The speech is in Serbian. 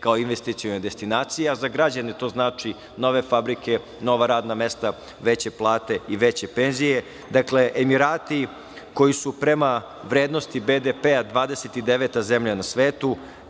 kao investicione destinacije, a za građane to znači nove fabrike, nova radna mesta, veće plate i veće penzije. Dakle, Emirati koji su prema vrednosti BDP-a 29. zemlja na svetu,